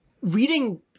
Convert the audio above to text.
reading